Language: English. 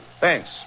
Thanks